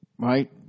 Right